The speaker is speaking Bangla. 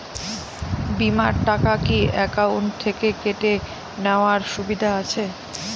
বিমার টাকা কি অ্যাকাউন্ট থেকে কেটে নেওয়ার সুবিধা আছে?